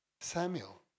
Samuel